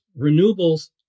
renewables